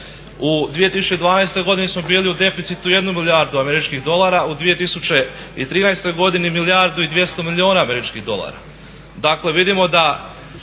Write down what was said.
u 2012. godini smo bili u deficitu 1 milijardu američkih dolara, u 2013. godini milijardu i 200 milijuna američkih dolara. Dakle, vidimo da